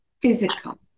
physical